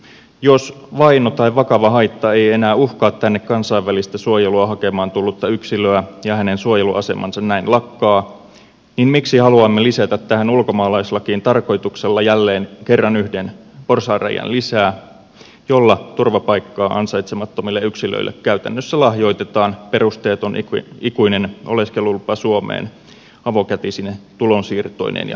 jos vaino tai vakava haitta ei enää uhkaa tänne kansainvälistä suojelua hakemaan tullutta yksilöä ja hänen suojeluasemansa näin lakkaa niin miksi haluamme lisätä tähän ulkomaalaislakiin tarkoituksella jälleen kerran yhden porsaanreiän lisää jolla turvapaikkaa ansaitsemattomille yksilöille käytännössä lahjoitetaan perusteeton ikuinen oleskelulupa suomeen avokätisine tulonsiirtoineen ja hyvinvointipalveluineen